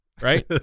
right